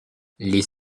les